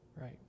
right